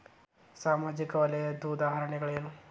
ಸಾಮಾಜಿಕ ವಲಯದ್ದು ಉದಾಹರಣೆಗಳೇನು?